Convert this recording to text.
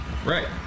Right